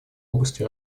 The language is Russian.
области